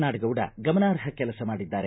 ನಾಡಗೌಡ ಗಮನಾರ್ಹ ಕೆಲಸ ಮಾಡಿದ್ದಾರೆ